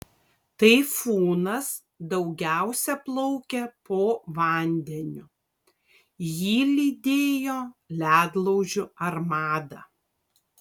taifūnas daugiausia plaukė po vandeniu jį lydėjo ledlaužių armada